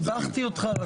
שיבחתי אותך.